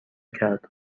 کرد